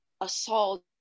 assault